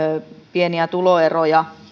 pieniä tuloeroja